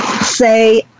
Say